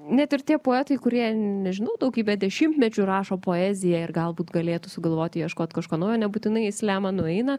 net ir tie poetai kurie nežinau daugybę dešimtmečių rašo poeziją ir galbūt galėtų sugalvoti ieškot kažko naujo nebūtinai į slemą nueina